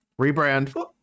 Rebrand